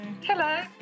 Hello